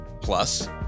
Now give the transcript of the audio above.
Plus